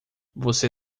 você